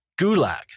gulag